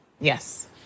Yes